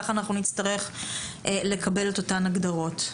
כך נצטרך לקבל את אותן הגדרות.